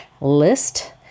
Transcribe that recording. list